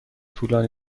طولانی